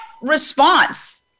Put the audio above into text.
response